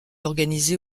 organisé